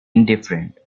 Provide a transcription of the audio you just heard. indifferent